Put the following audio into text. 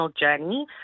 journey